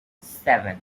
seven